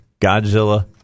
godzilla